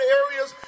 areas